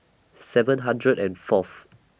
seven hundred and Fourth